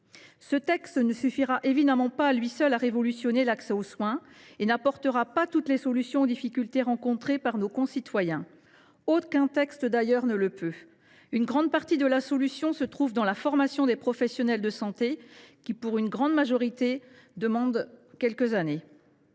Ce texte ne suffira évidemment pas, à lui seul, à révolutionner l’accès aux soins. Il n’apportera pas non plus toutes les solutions aux difficultés rencontrées par nos concitoyens. Aucun texte, d’ailleurs, ne le peut. Une grande partie de la solution réside dans la formation des professionnels de santé, qui, pour une grande majorité d’entre eux, demande quelques années.